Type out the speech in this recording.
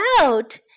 out